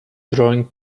drawing